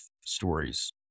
stories